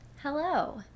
hello